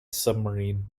submarine